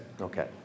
Okay